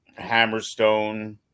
Hammerstone